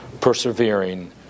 persevering